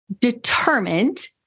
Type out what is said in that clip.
determined